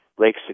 Lake